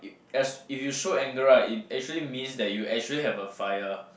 as if you show anger right it actually means that you actually have a fire